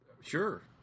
Sure